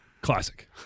classic